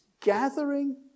gathering